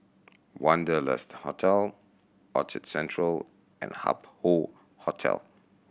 Wanderlust Hotel Orchard Central and Hup Hoe Hotel